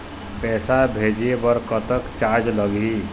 पैसा भेजे बर कतक चार्ज लगही?